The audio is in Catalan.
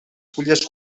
fulles